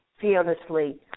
fearlessly